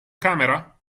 camera